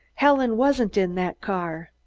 helen wasn't in that car?